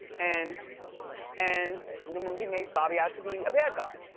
and and the movie made bobby out to be a bad guy.